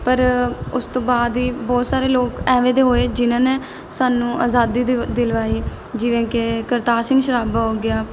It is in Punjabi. ਪਰ ਉਸ ਤੋਂ ਬਾਅਦ ਹੀ ਬਹੁਤ ਸਾਰੇ ਲੋਕ ਇਵੇਂ ਦੇ ਹੋਏ ਜਿਨ੍ਹਾਂ ਨੇ ਸਾਨੂੰ ਆਜ਼ਾਦੀ ਦੇ ਦਿਲਵਾਈ ਜਿਵੇਂ ਕਿ ਕਰਤਾਰ ਸਿੰਘ ਸਰਾਭਾ ਹੋ ਗਿਆ